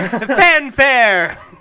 Fanfare